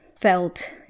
felt